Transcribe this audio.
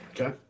okay